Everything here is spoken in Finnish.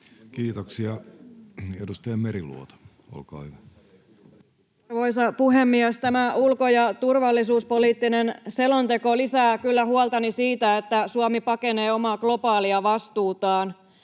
Kiitoksia. — Edustaja Meriluoto, olkaa hyvä. Arvoisa puhemies! Tämä ulko‑ ja turvallisuuspoliittinen selonteko lisää kyllä huoltani siitä, että Suomi pakenee omaa globaalia vastuutaan